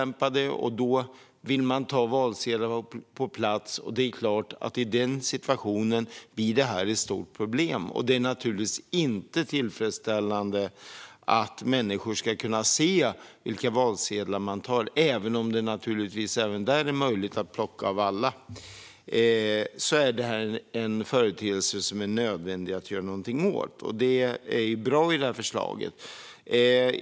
Man vill i stället ta valsedlar på plats, och i den situationen blir det här ett stort problem. Det är naturligtvis inte tillfredsställande att människor ska kunna se vilka valsedlar man tar. Även om det naturligtvis även där är möjligt att plocka av alla är det här en företeelse som det är nödvändigt att göra någonting åt, och det är något som är bra i det här förslaget.